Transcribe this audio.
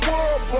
World